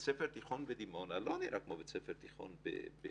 בית ספר תיכון בדימונה לא נראה כמו בית ספר תיכון בערוער.